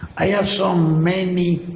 i have so many